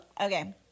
okay